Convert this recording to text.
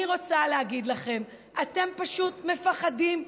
אני רוצה להגיד לכם, אתם פשוט מפחדים.